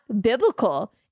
biblical